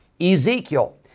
Ezekiel